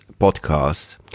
podcast